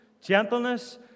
gentleness